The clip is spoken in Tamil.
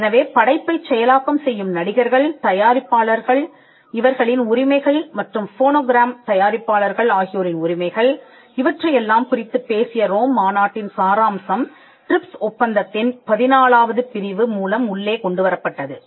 எனவே படைப்பை செயலாக்கம் செய்யும் நடிகர்கள் தயாரிப்பாளர்கள் இவர்களின் உரிமைகள் மற்றும் ஃபோனோகிராம் தயாரிப்பாளர்கள் ஆகியோரின் உரிமைகள் இவற்றையெல்லாம் குறித்துப் பேசிய ரோம் மாநாட்டின் சாராம்சம் ட்ரிப்ஸ் ஒப்பந்தத்தின் 14 ஆவது பிரிவு மூலம் உள்ளே கொண்டு வரப்பட்டது